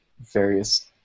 various